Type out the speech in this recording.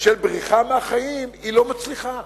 של בריחה מהחיים, לא מצליחה.